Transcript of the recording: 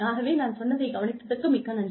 ஆகவே நான் சொன்னதை கவனித்ததற்கு மிக்க நன்றி